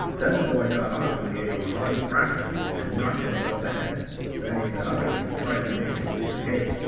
then the boy got off and gave him a hard thrashing, and knocked him about the head then he got up again and tried to make him leap the gate,